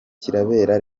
kirabera